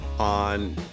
on